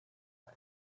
way